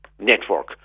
network